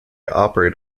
operate